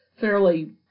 fairly